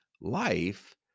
life